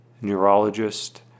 neurologist